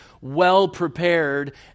well-prepared